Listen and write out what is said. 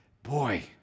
Boy